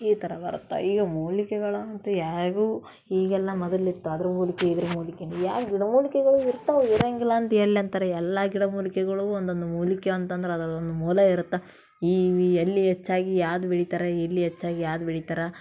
ಈ ಥರ ಬರುತ್ತೆ ಈಗ ಮೂಲಿಕೆಗಳಂತೂ ಯಾರಿಗೂ ಈಗೆಲ್ಲ ಮೊದಲಿತ್ತ ಅದರ ಮೂಲಿಕೆ ಇದ್ರೆ ಮೂಲಿಕೆ ಅಂದ್ರ್ ಯಾವ ಗಿಡಮೂಲಿಕೆಗಳು ಇರ್ತಾವೆ ಇರಂಗಿಲ್ಲಂತ ಎಲ್ಲಿ ಅಂತಾರೆ ಎಲ್ಲ ಗಿಡಮೂಲಿಕೆಗಳು ಒಂದೊಂದು ಮೂಲಿಕೆ ಅಂತಂದ್ರೆ ಅದ್ರದೊಂದು ಮೂಲ ಇರತ್ತೆ ಇವು ಎಲ್ಲಿ ಹೆಚ್ಚಾಗಿ ಯಾವ್ದು ಬೆಳಿತಾರ ಎಲ್ಲಿ ಹೆಚ್ಚಾಗಿ ಯಾವುದು ಬೆಳಿತಾರ